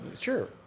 sure